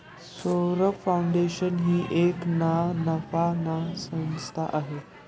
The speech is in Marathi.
सौरभ फाऊंडेशन ही एक ना नफा संस्था आहे